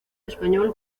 español